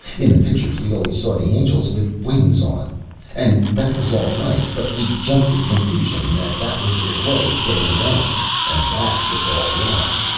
in the pictures we always saw the angels with wings on and that was all right but we jumped to the conclusion that that was their way of getting around and that was all wrong.